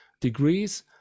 degrees